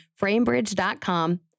framebridge.com